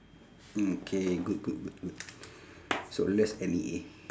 mm K good good good good so less N_E_A